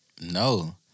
No